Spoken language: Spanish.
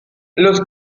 los